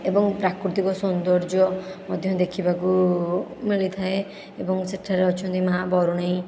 ଏବଂ ପ୍ରାକୃତିକ ସୌନ୍ଦର୍ଯ୍ୟ ମଧ୍ୟ ଦେଖିବାକୁ ମିଳିଥାଏ ଏବଂ ସେଠାରେ ଅଛନ୍ତି ମା ବରୁଣେଇ